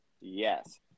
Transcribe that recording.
Yes